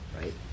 right